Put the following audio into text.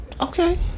okay